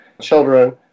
children